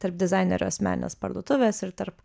tarp dizainerio asmeninės parduotuvės ir tarp